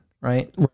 right